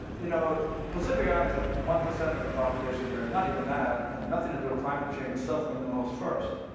but you know, pacific islands have one percent of the population there. not even that, and nothing to do with climate change, but suffering the most first.